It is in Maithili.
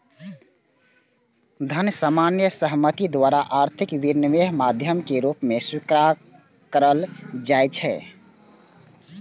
धन सामान्य सहमति द्वारा आर्थिक विनिमयक माध्यम के रूप मे स्वीकारल जाइ छै